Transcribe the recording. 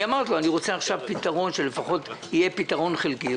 ביקשתי שלפחות עכשיו יהיה פתרון חלקי.